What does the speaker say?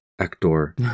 actor